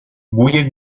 بوی